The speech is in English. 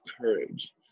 courage